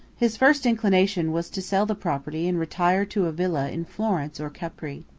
his first inclination was to sell the property and retire to a villa in florence or capri.